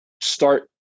start